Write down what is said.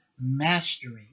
mastery